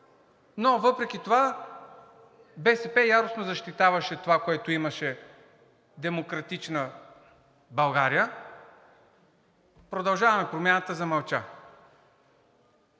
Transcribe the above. но въпреки това БСП яростно защитаваше това, което имаше „Демократична България“. „Продължаваме Промяната“ замълча.